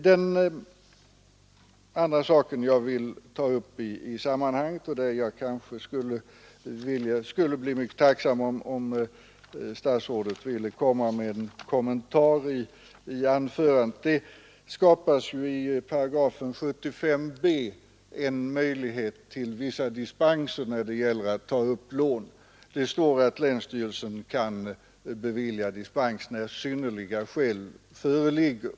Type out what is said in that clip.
Det är en annan sak som jag vill ta upp i detta sammanhang, och jag skulle bli mycket tacksam om statsrådet ville ge en kommentar i sitt anförande. Det skapas ju i 75 b § en möjlighet till vissa dispenser när det gäller att ta upp lån. Det står att länsstyrelsen kan bifalla dispens när synnerliga skäl föreligger.